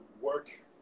work